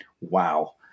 wow